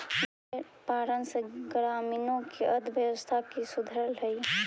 भेंड़ पालन से ग्रामीणों की अर्थव्यवस्था सुधरअ हई